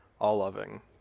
all-loving